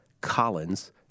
Collins